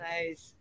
Nice